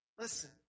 Listen